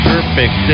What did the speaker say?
Perfect